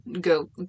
go